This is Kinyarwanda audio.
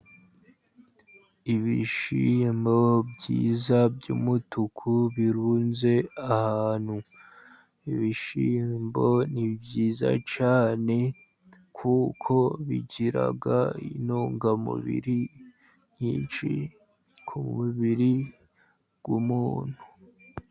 Ibishiyimbo byiza by'umutuku birunze ahantu. Ibishyimbo ni byiza cyane kuko bigira intungamubiri nyinshi ku mubiri w'umuntu.